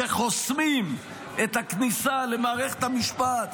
שחוסמים את הכניסה למערכת המשפט,